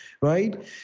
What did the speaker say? right